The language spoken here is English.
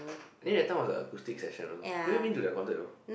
I think that time was a acoustic session also have you been to their concert before